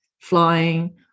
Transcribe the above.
flying